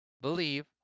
believe